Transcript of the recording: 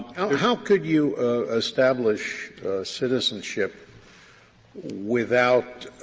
how could you establish citizenship without